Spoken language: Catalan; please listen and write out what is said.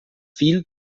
fill